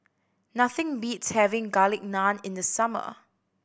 nothing beats having Garlic Naan in the summer